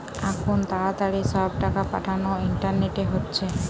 আখুন তাড়াতাড়ি সব টাকা পাঠানা ইন্টারনেটে হচ্ছে